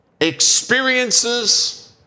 experiences